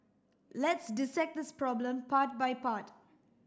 let's dissect this problem part by part